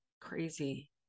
Crazy